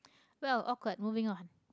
well awkward moving on